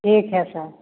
ठीक है सर